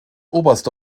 oberste